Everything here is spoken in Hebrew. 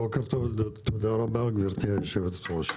תודה רבה, גברתי יושבת הראש.